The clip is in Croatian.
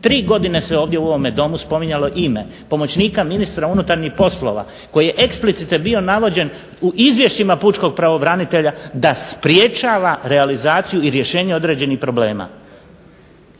Tri godine se ovdje u ovome Domu spominjalo ime pomoćnika ministra unutarnjih poslova koji je eksplicite bio navođen u izvješćima pučkog pravobranitelja da sprječava realizaciju i rješenje određenih problema.